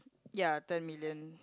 ya ten million